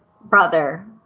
brother